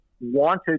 wanted